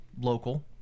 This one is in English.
local